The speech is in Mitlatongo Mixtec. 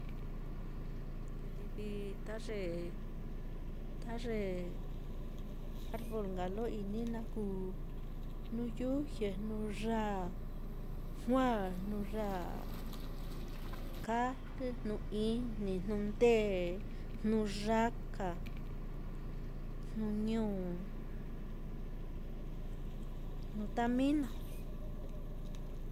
Livi ta ye ta ye arbol nka lo ini naá kuu jnuyuxie, jnuyāā juaa, jnuyāā kājlɨ, jnu-ijni, jnundēē, jnuyākā, jnuñu, jnutamino.